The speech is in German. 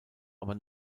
aber